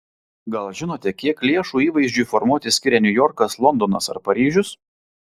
gal žinote kiek lėšų įvaizdžiui formuoti skiria niujorkas londonas ar paryžius